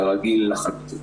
כרגיל לחלוטין.